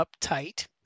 uptight